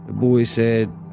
boy said,